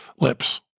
lips